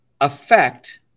affect